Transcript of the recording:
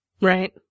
Right